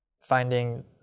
finding